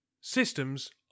Systems